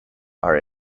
are